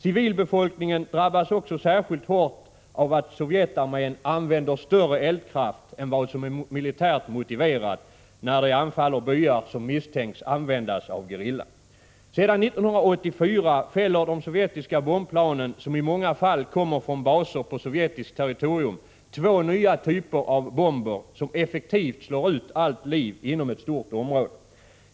Civilbefolkningen drabbas också särskilt hårt av att Sovjetarmén använder större eldkraft än vad som är militärt motiverat när de anfaller byar som misstänks användas av gerillan. Sedan 1984 fäller de sovjetiska bombplanen, som i många fall kommer från baser på sovjetiskt territorium, två nya typer av bomber som effektivt slår ut allt liv inom ett stort område.